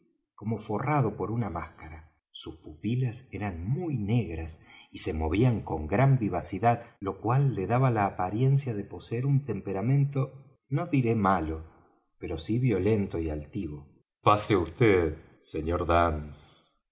como forrado por una máscara sus pupilas eran muy negras y se movían con gran vivacidad lo cual le daba la apariencia de poseer un temperamento no diré malo pero sí violento y altivo pase vd sr dance